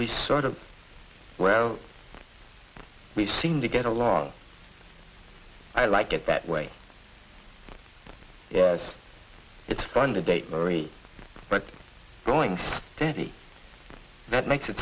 we sort of well we seem to get along i like it that way yes it's fun to date me but going steady that makes it